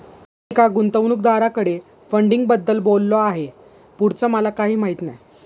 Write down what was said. मी एका गुंतवणूकदाराकडे फंडिंगबद्दल बोललो आहे, पुढचं मला काही माहित नाही